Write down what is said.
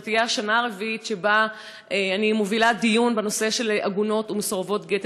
זו תהיה השנה הרביעית שבה אני מובילה דיון בנושא של עגונות ומסורבות גט.